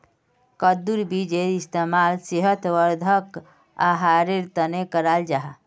कद्दुर बीजेर इस्तेमाल सेहत वर्धक आहारेर तने कराल जाहा